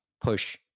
push